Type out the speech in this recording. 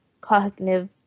cognitive